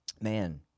man